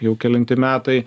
jau kelinti metai